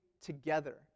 together